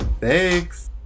thanks